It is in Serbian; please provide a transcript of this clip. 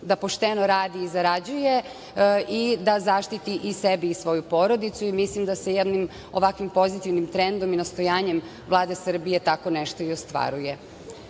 da pošteno radi i zarađuje i da zaštiti i sebe i svoju porodicu. Mislim da sa jednim ovakvim pozitivnim trendom i nastojanjem Vlade Srbije tako nešto i ostvaruje. Na